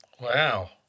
Wow